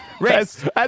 Rest